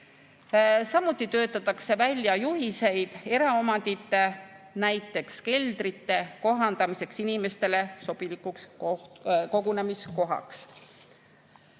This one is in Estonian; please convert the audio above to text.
Samuti töötatakse välja juhiseid eraomandi, näiteks keldrite kohandamiseks inimestele sobilikuks kogunemiskohaks. Nimetatud